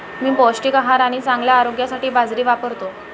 मी पौष्टिक आहार आणि चांगल्या आरोग्यासाठी बाजरी वापरतो